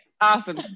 awesome